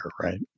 right